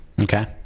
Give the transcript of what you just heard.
Okay